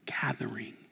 gathering